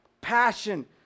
passion